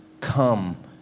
come